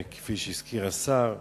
כפי שהזכיר השר.